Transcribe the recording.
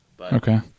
Okay